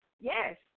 Yes